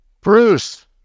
Bruce